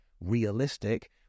realistic